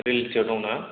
रिएलिटिआव दंना